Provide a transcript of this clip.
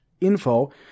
info